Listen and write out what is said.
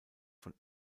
von